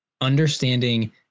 understanding